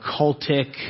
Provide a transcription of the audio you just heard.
cultic